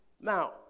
Now